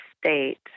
state